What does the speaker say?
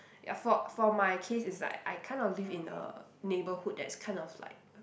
ya for for my case it's like I kind of live in a neighbourhood that's kind of like